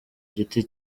giti